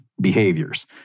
behaviors